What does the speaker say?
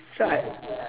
so I